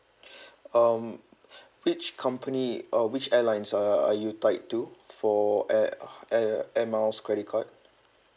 um which company or which airlines are are you tied to for air air air miles credit card